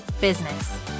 business